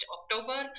October